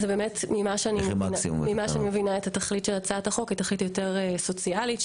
תכלית הצעת החוק היא יותר סוציאלית,